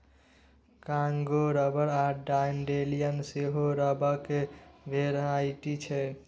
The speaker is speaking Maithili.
कांगो रबर आ डांडेलियन सेहो रबरक भेराइटी छै